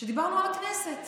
כשדיברנו על הכנסת,